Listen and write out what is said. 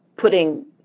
putting